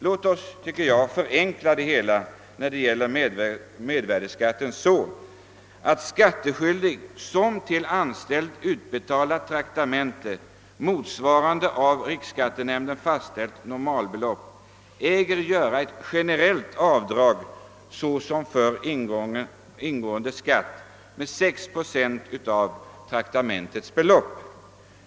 Låt oss därför förenkla det hela så att skattskyldig, som till anställd utbetalar traktamente motsvarande av riksskattenämnden fastställt normalbelopp, äger göra ett generellt avdrag såsom för ingående skatt med 6 procent av traktamentets belopp.